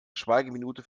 schweigeminute